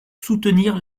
soutenir